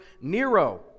Nero